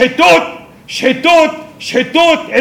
שחיתות, שחיתות.